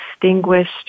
distinguished